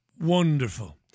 Wonderful